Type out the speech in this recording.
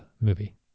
movie